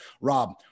Rob